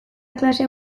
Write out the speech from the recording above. klasea